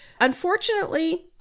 Unfortunately